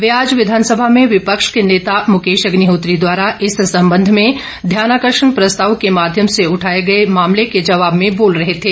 वे आज विधानसभा में विपक्ष के नेता मुकेश अग्निहोत्री द्वारा इस संबंध में ध्यानाकर्षण प्रस्ताव के माध्यम से उठाए गए मामले के जवाब में बोल रहे थे